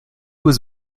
was